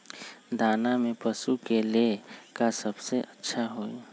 दाना में पशु के ले का सबसे अच्छा होई?